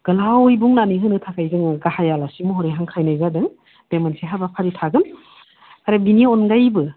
गोलावै बुंनानै होनो थाखाय जोङो गाहाइ आलासि महरै हांख्रायनाय जादों बे मोनसे हाबाफारि थागोन आरो बेनि अनगायैबो